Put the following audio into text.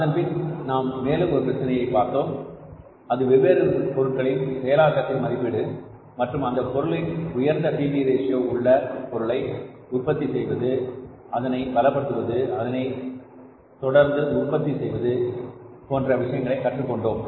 அதன்பின் நாம் மேலும் ஒரு பிரச்சனையே பார்த்தோம் அது வெவ்வேறு பொருட்களின் செயலாக்கத்தில் மதிப்பீடு மற்றும் அந்த பொருளின் உயர்ந்த பி வி ரேஷியோ உள்ள பொருளை உற்பத்தி செய்வது அதனை பலப்படுத்துவது அதனைத்தொடர்ந்து உற்பத்தி செய்வது போன்ற விஷயங்களை கற்றுக் கொண்டோம்